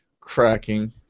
cracking